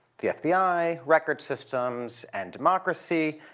the fbi, record systems, and democracy,